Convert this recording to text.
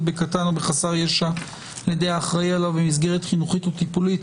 בקטין או בחסר ישע על ידי האחראי עליו במסגרת חינוכית או טיפולית),